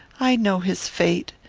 i know his fate.